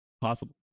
Possible